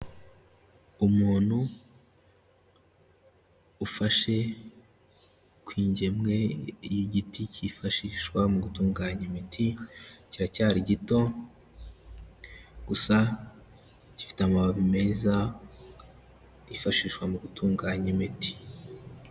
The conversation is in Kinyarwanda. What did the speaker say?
Umuntu ufashe ku ingemwe y'igiti kifashishwa mu gutunganya imiti, kiracyari gito gusa gifite amababi meza yifashishwa mu gutunganya imiti.